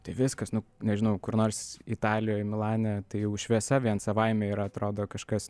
tai viskas nu nežinau kur nors italijoj milane tai jau šviesa vien savaime yra atrodo kažkas